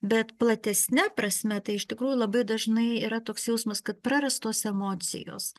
bet platesne prasme tai iš tikrųjų labai dažnai yra toks jausmas kad prarastos emocijos